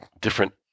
different